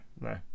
no